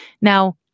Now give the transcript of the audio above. Now